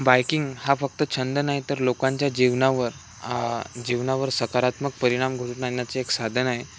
biking हा फक्त छंद नाहीतर लोकांच्या जीवनावर जीवनावर सकारात्मक परिणाम घडून आणण्याचं एक साधन आहे